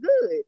good